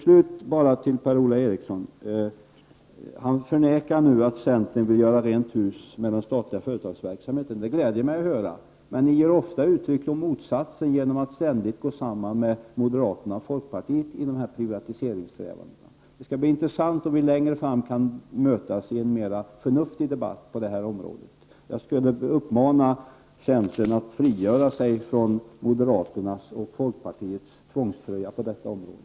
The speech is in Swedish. Per-Ola Eriksson förnekar nu att centern vill göra rent hus med den statliga företagsverksamheten. Det gläder mig att höra det, men centern ger ofta uttryck för motsatsen genom att ständigt gå samman med moderaterna och folkpartiet i dessa privatiseringssträvanden. Det skall bli intressant om vi längre fram kan mötas i en mer förnuftig debatt. Jag vill uppmana centern att frigöra sig från moderaternas och folkpartiets tvångströja på detta område.